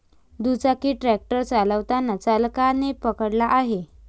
दुचाकी ट्रॅक्टर चालताना चालकाने पकडला आहे